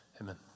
Amen